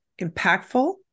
impactful